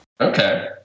Okay